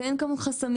ואין כאן חסמים.